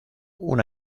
una